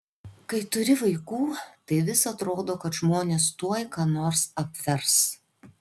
kai turi vaikų tai vis atrodo kad žmonės tuoj ką nors apvers